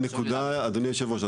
אדוני היו"ר,